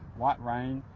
light rain,